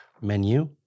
menu